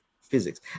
physics